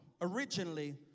originally